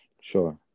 sure